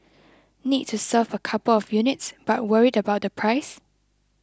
need to serve a couple of units but worried about the price